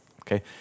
Okay